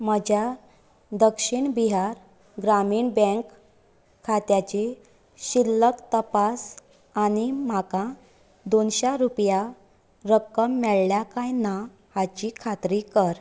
म्हज्या दक्षिण बिहार ग्रामीण बँक खात्याची शिल्लक तपास आनी म्हाका दोनश्यां रुपयां रक्कम मेळ्ळ्या कांय ना हाची खात्री कर